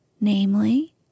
namely